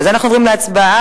אנחנו עוברים להצבעה,